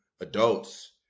adults